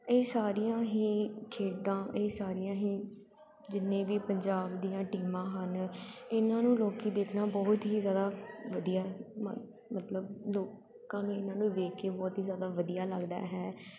ਇਹ ਸਾਰੀਆਂ ਹੀ ਖੇਡਾਂ ਇਹ ਸਾਰੀਆਂ ਹੀ ਜਿੰਨੇ ਵੀ ਪੰਜਾਬ ਦੀਆਂ ਟੀਮਾਂ ਹਨ ਇਹਨਾਂ ਨੂੰ ਲੋਕੀ ਦੇਖਣਾ ਬਹੁਤ ਹੀ ਜ਼ਿਆਦਾ ਵਧੀਆ ਮ ਮਤਲਬ ਲੋਕਾਂ ਨੇ ਇਹਨਾਂ ਨੂੰ ਵੇਖ ਕੇ ਬਹੁਤ ਹੀ ਜ਼ਿਆਦਾ ਵਧੀਆ ਲੱਗਦਾ ਹੈ